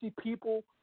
people